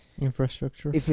infrastructure